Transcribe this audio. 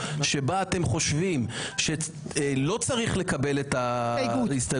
בה אתם חושבים שלא צריך לקבל את ההסתייגות,